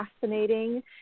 fascinating